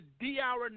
D-Hour